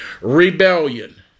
Rebellion